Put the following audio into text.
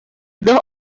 dos